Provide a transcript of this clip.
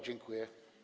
Dziękuję.